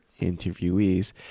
interviewees